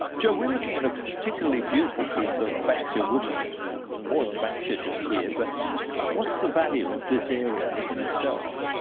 joe, we're looking at a particularly beautiful piece of banksia woodland. there's more than banksia just here, but what's the value of this area in itself?